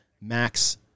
max